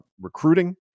recruiting